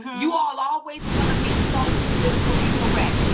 you all always want to be so politically correct.